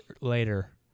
later